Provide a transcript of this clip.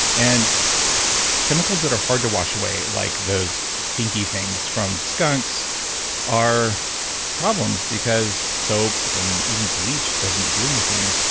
and chemicals that are hard to wash away like those stinky things from skunks are problems because soap and even bleach doesn't do anything.